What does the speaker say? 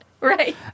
Right